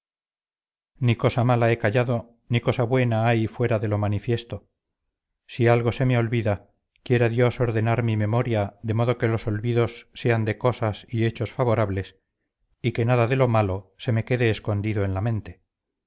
ni cosa mala he callado ni cosa buena hay fuera de lo manifiesto si algo se me olvida quiera dios ordenar mi memoria de modo que los olvidos sean de cosas y hechos favorables y que nada de lo malo se me quede escondido en la mente